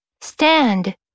stand